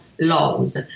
laws